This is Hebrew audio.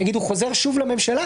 הוא חוזר שוב לממשלה,